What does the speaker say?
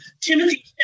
Timothy